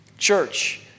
Church